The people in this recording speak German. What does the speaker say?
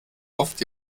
oft